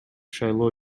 шайлоо